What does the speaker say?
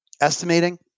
estimating